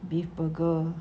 beef burger